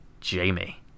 Jamie